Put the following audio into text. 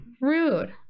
Rude